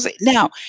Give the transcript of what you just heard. Now